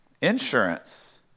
insurance